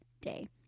day